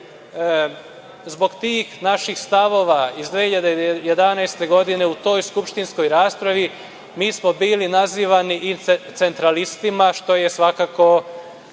tih naših stavova iz 2011. godine u toj skupštinskoj raspravi mi smo bili nazivani i centralistima, što je svakako